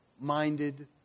minded